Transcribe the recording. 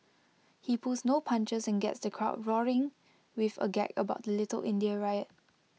he pulls no punches and gets the crowd roaring with A gag about the little India riot